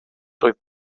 doedd